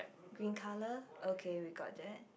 green colour okay we got that